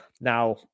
Now